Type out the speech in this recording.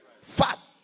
Fast